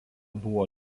buvo